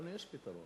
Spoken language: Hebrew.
לנו יש פתרון.